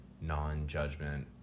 non-judgment